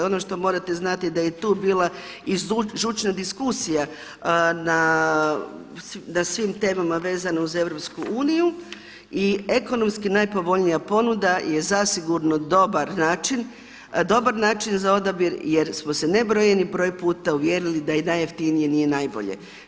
Ono što morate znati da je i tu bila žučna diskusija na svim temama vezano uz EU i ekonomski najpovoljnija ponuda je zasigurno dobar način, dobar način za odabir jer smo se nebrojeni broj puta uvjerili da i najjeftinije nije najbolje.